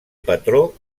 patró